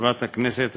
חברת הכנסת השואלת,